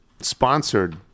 sponsored